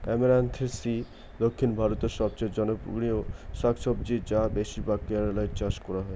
আমরান্থেইসি দক্ষিণ ভারতের সবচেয়ে জনপ্রিয় শাকসবজি যা বেশিরভাগ কেরালায় চাষ করা হয়